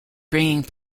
bringing